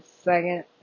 second